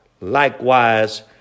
likewise